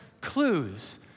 clues